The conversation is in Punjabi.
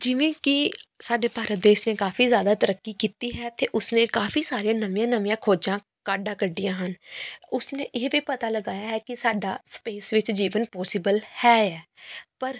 ਜਿਵੇਂ ਕਿ ਸਾਡੇ ਭਾਰਤ ਦੇਸ਼ ਨੇ ਕਾਫੀ ਜ਼ਿਆਦਾ ਤਰੱਕੀ ਕੀਤੀ ਹੈ ਅਤੇ ਉਸ ਨੇ ਕਾਫੀ ਸਾਰੀਆਂ ਨਵੀਆਂ ਨਵੀਆਂ ਖੋਜਾਂ ਕਾਢਾਂ ਕੱਢੀਆਂ ਹਨ ਉਸ ਨੇ ਇਹ ਵੀ ਪਤਾ ਲਗਾਇਆ ਹੈ ਕਿ ਸਾਡਾ ਸਪੇਸ ਵਿੱਚ ਜੀਵਨ ਪੋਸੀਬਲ ਹੈ ਐ ਪਰ